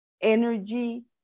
energy